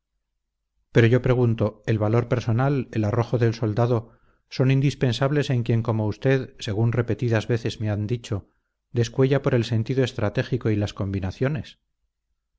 pero yo pregunto el valor personal el arrojo del soldado son indispensables en quien como usted según repetidas veces me han dicho descuella por el sentido estratégico y las combinaciones